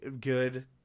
good